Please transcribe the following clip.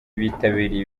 bitabiriye